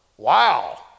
Wow